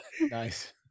Nice